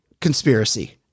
conspiracy